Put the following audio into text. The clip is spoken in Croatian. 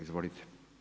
Izvolite.